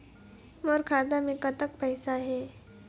मोर खाता मे कतक पैसा हे?